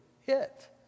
hit